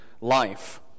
life